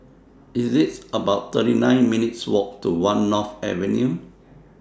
It's about thirty nine minutes' Walk to one North Avenue